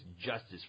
justice